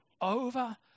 over